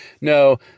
No